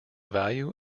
value